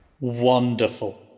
Wonderful